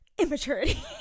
immaturity